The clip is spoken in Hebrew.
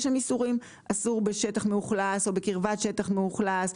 יש שם איסורים אסור בשטח מאוכלס או בקרבת שטח מאוכלס,